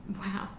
wow